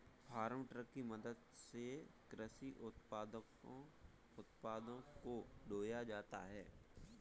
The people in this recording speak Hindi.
फार्म ट्रक की मदद से कृषि उत्पादों को ढोया जाता है